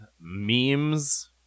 memes